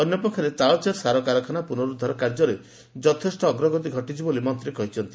ଅନ୍ୟପକ୍ଷରେ ତାଳଚେର ସାର କାରଖାନା ପୁନରୁଦ୍ଧାର କାଯ୍ୟରେ ଯଥେଷ୍ଟ ଅଗ୍ରଗତି ଘଟିଛି ବୋଲି ମନ୍ତୀ କହିଛନ୍ତି